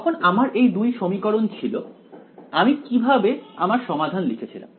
যখন আমার এই দুই সমীকরণ ছিল আমি কিভাবে আমার সমাধান লিখেছিলাম